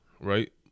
Right